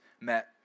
met